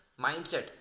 mindset